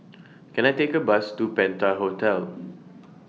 Can I Take A Bus to Penta Hotel